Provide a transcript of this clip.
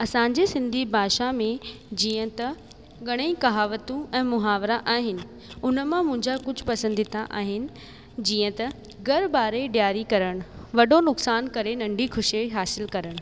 असांजे सिंधी भाषा में जीअं त घणेई कहावतू ऐं मुहावरा आहिनि उन मां मुंजा कुछ पसंदीदा आहिनि जीअं त घर बारे ॾियारी कनि वॾो नुक़सान करे नंढी ख़ुशी हासिल कनि